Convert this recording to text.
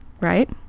Right